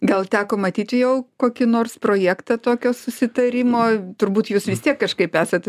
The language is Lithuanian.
gal teko matyti jau kokį nors projektą tokio susitarimo turbūt jūs vis tiek kažkaip esat